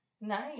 Nice